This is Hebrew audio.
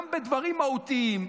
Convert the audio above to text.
גם בדברים מהותיים,